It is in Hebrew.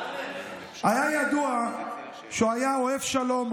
היה ידוע שהוא היה אוהב שלום,